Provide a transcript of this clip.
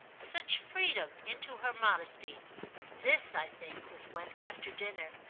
such freedom into her modesty this, i think, was when, after dinner,